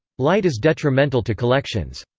light is detrimental to collections.